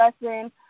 lesson